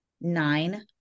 nine